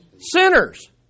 sinners